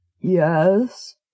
Yes